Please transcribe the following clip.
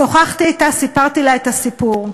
שוחחתי אתה וסיפרתי לה את הסיפור.